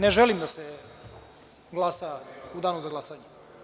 Ne želim da se glasa u danu za glasanje.